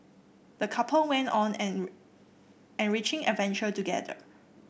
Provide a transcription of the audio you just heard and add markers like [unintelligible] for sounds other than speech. the couple went on an [unintelligible] enriching adventure together